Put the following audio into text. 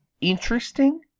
interesting